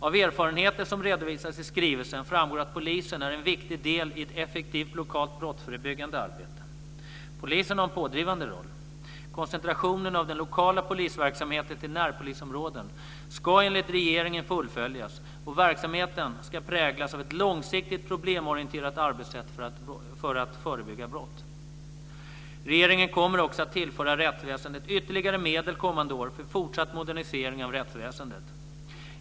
Av erfarenheter som redovisas i skrivelsen framgår att polisen är en viktig del i ett effektivt lokalt brottsförebyggande arbete. Polisen har en pådrivande roll. Koncentrationen av den lokala polisverksamheten till närpolisområden ska enligt regeringen fullföljas, och verksamheten ska präglas av ett långsiktigt problemorienterat arbetssätt för att förebygga brott. Regeringen kommer också att tillföra rättsväsendet ytterligare medel kommande år för fortsatt modernisering av rättsväsendet.